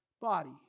body